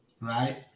right